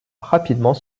rapidement